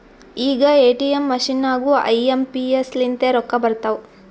ಈಗ ATM machine ನಾಗೂ I M P S ಲಿಂತೆ ರೊಕ್ಕಾ ಬರ್ತಾವ್